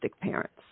parents